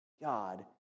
God